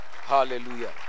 Hallelujah